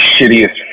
shittiest